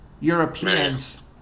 Europeans